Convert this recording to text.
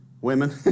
Women